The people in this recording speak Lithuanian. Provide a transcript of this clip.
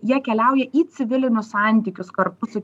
jie keliauja į civilinius santykius kartu su